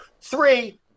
Three